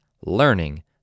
learning